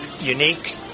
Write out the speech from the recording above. unique